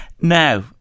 Now